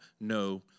no